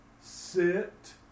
Sit